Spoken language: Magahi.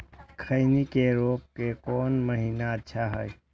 खैनी के रोप के कौन महीना अच्छा है?